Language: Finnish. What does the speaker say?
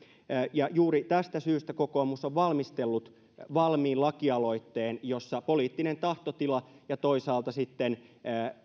ja juuri tästä syystä kokoomus on valmistellut valmiin lakialoitteen jossa poliittinen tahtotila ja toisaalta sitten